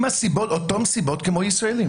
אותן סיבות כמו ישראלי.